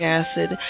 acid